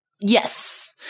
Yes